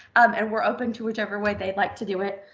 um and we're open to whichever way they'd like to do it.